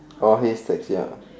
haystacks ya